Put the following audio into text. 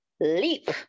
leap